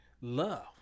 love